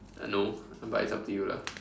I don't know but it's up to you lah